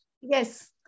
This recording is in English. Yes